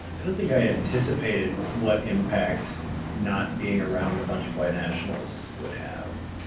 i don't think i anticipated what impact not being around a bunch of white nationalists would have,